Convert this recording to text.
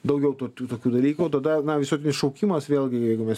daugiau tų tokių dalykų tada na visuotinis šaukimas vėlgi jeigu mes